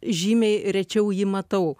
žymiai rečiau jį matau